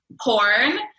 porn